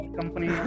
company